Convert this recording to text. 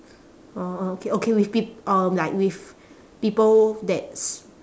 or or okay okay with peop~ um like with people that's